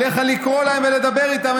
עליך לקרוא להם ולדבר איתם.